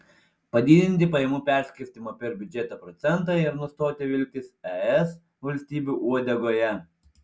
padidinti pajamų perskirstymo per biudžetą procentą ir nustoti vilktis es valstybių uodegoje